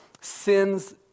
sins